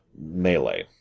melee